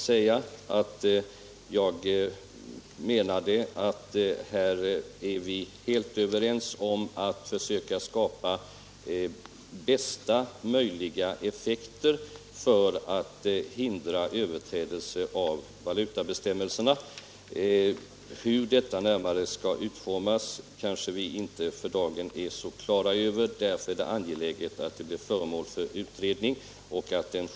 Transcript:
Vi är, herr Pettersson i Malmö, helt överens om att på effektivaste möjliga sätt försöka hindra överträdelser av valutabestämmelserna. Hur detta skall gå till är vi kanske för dagen inte så klara över. Därför är - Nr 128 det angeläget att frågan blir föremål för en skyndsam utredning.